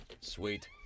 Sweet